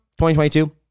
2022